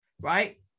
right